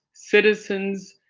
citizens,